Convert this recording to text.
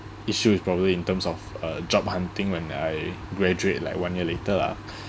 issue is probably in terms of uh job hunting when I graduate like one year later lah